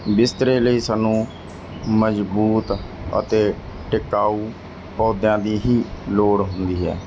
ਬਿਸਤਰੇ ਲਈ ਸਾਨੂੰ ਮਜ਼ਬੂਤ ਅਤੇ ਟਿਕਾਊ ਪੌਦਿਆਂ ਦੀ ਹੀ ਲੋੜ ਹੁੰਦੀ ਹੈ